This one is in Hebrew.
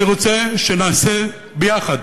אני רוצה שנעשה יחד,